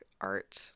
art